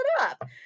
up